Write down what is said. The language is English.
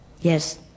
Yes